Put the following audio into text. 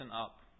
up